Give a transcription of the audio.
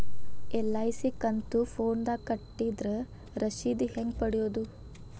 LIC ಕಂತು ಫೋನದಾಗ ಕಟ್ಟಿದ್ರ ರಶೇದಿ ಹೆಂಗ್ ಪಡೆಯೋದು?